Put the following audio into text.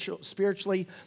spiritually